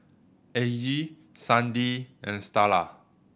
Aggie Sandi and Starla